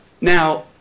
Now